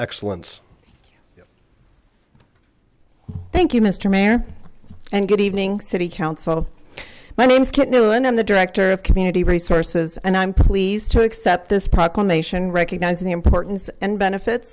excellence thank you mister mayor and good evening city council my name is kate newland and the director of community resources and i'm pleased to accept this proclamation recognizing the importance and benefits